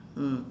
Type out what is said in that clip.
mm